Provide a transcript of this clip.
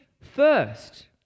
first